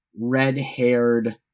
red-haired